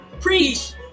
Preach